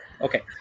Okay